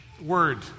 word